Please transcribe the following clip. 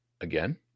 Again